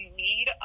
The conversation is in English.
need